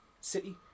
city